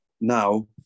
Now